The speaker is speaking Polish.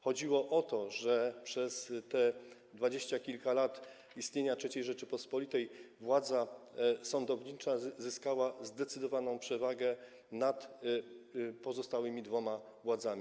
Chodziło o to, że przez te dwadzieścia kilka lat istnienia III Rzeczypospolitej władza sądownicza zyskała zdecydowaną przewagę nad pozostałymi dwoma władzami.